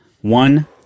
One